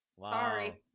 sorry